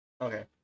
Okay